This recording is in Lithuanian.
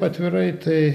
atvirai tai